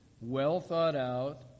well-thought-out